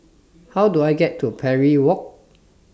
How Do I get to Parry Walk